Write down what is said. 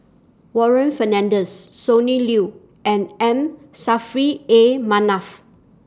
Warren Fernandez Sonny Liew and M Saffri A Manaf